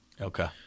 Okay